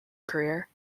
career